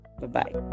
Bye-bye